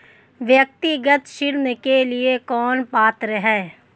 व्यक्तिगत ऋण के लिए कौन पात्र है?